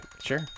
sure